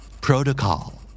Protocol